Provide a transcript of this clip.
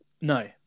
no